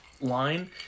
line